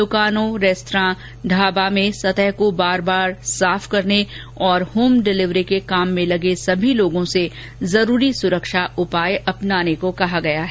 द्रकानों रेस्त्रां ढाबा में सतह को बार बार साफ करने और होम डिलीवरी के काम में लगे सभी लोगों से जरूरी सुरक्षा उपाय अपनाने को कहा गया है